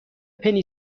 پنی